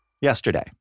Yesterday